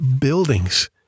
buildings